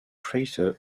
crater